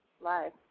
Live